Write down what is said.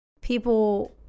people